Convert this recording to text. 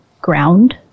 ground